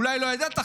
אולי לא ידעת,